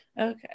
okay